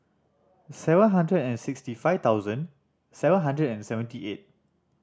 seven hundred and sixty five thousand seven hundred and seventy eight